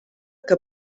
que